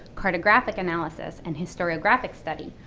cartographic analysis, and historiographic study,